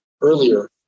earlier